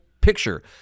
picture